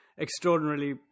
extraordinarily